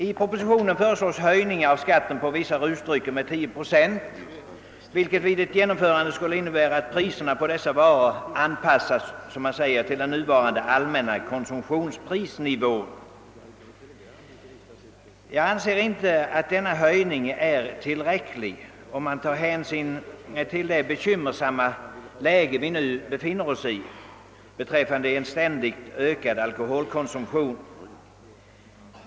I propositionen föreslås höjning av skatten på vissa rusdrycker med 10 procent, vilket vid ett genomförande skulle innebära att priserna på dessa varor anpassas till den allmänna konsumtionsprisnivån. Jag anser inte att denna höjning är tillräcklig med hänsyn till det bekymmersamma läge vi nu befinner oss i med en ständigt ökande alkoholkonsumtion.